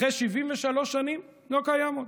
אחרי 73 שנים לא קיים עוד.